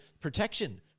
protection